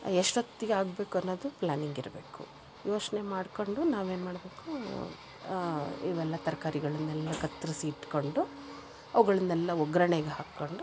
ಎಷ್ಟೊತ್ತಿಗೆ ಆಗ್ಬೇಕನ್ನೋದು ಪ್ಲ್ಯಾನಿಂಗಿರಬೇಕು ಯೋಚನೆ ಮಾಡ್ಕೊಂಡು ನಾವೇನು ಮಾಡಬೇಕು ಇವೆಲ್ಲ ತರಕಾರಿಗಳನ್ನೆಲ್ಲ ಕತ್ತರಿಸಿ ಇಟ್ಕೊಂಡು ಅವುಗಳನ್ನೆಲ್ಲ ಒಗ್ಗರ್ಣೆಗೆ ಹಾಕ್ಕೊಂಡು